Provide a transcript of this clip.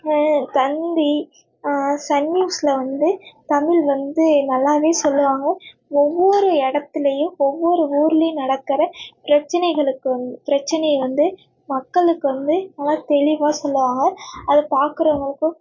தந்தி Sun நியூஸில் வந்து தமிழ் வந்து நல்லாவே சொல்லுவாங்க ஒவ்வொரு இடத்துலையும் ஒவ்வொரு ஊர்லேயும் நடக்கிற பிரச்சினைகளுக்கு வந் பிரச்சினைய வந்து மக்களுக்கு வந்து நல்லா தெளிவாக சொல்லுவாங்க அது பார்க்குறவங்களுக்கும்